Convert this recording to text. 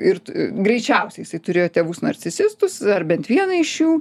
ir greičiausiai jisai turėjo tėvus narcisistus ar bent vieną iš jų